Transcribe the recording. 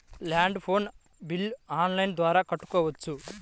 Land phone bill online ద్వారా కట్టుకోవచ్చు?